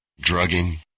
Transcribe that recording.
drugging